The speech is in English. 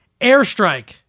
airstrike